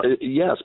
yes